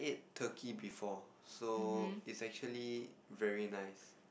Turkey before so is actually very nice